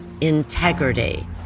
integrity